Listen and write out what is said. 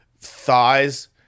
thighs